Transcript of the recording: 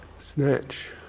Snatch